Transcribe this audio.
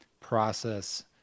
process